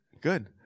Good